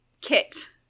Kit